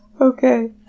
Okay